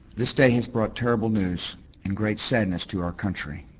this day has brought terrible news and great sadness to our country.